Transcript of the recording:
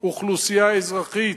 אוכלוסייה אזרחית,